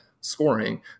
scoring